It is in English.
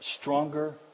stronger